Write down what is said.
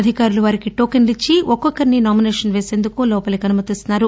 అధికారులు వారికి టోకెన్లు ఇచ్చి ఒక్కొక్కరిని నామినేషను వేసేందుకు లోపలికి అనుమతిస్తున్నారు